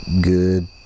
good